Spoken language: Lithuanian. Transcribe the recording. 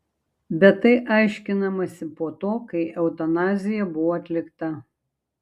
bet tai aiškinamasi po to kai eutanazija buvo atlikta